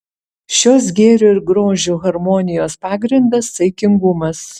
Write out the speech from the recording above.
šios gėrio ir grožio harmonijos pagrindas saikingumas